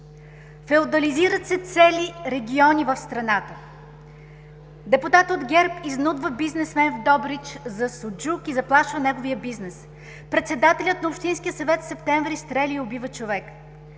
Феодализират се цели региони в страната: депутат от ГЕРБ изнудва бизнесмен в Добрич за суджук и заплашва неговия бизнес; председателят на Общинския съвет в Септември стреля и убива човек;